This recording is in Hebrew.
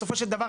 בסופו של דבר,